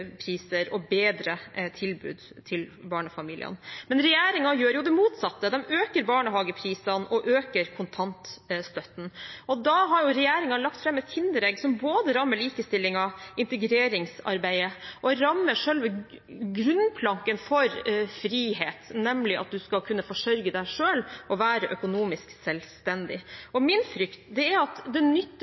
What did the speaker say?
og bedre tilbud til barnefamiliene. Men regjeringen gjør jo det motsatte, de øker barnehageprisene og øker kontantstøtten. Da har jo regjeringen lagt fram et kinderegg som både rammer likestillingen, integreringsarbeidet og rammer selve grunnplanken for frihet, nemlig at du skal kunne forsørge deg selv og være økonomisk selvstendig. Min frykt er at det nytter